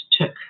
took